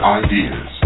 ideas